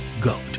Goat